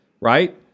right